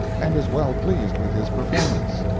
and is well pleased with his performance